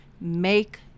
make